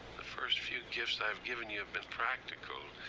the first few gifts i've given you have been practical.